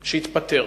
שיתפטר.